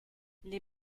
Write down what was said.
les